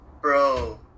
Bro